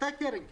הייתה קרן כזאת.